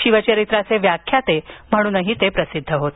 शिवचरित्राचे व्याख्याते म्हणूनही ते प्रसिद्ध होते